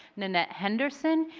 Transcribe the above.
and annette henderson,